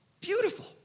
beautiful